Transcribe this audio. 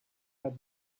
had